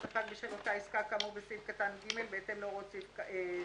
אין סעיף קטן (ג) עם התיקונים שהוכנסו בו נתקבל.